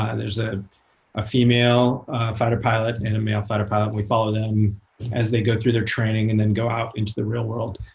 and there's ah a female fighter pilot and a male fighter pilot. and we follow them as they go through their training, and then go out into the real world.